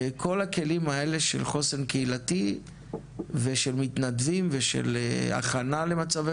כל הכלים האלו של חוסן קהילתי ושל מתנדבים ושל הכנה למצבי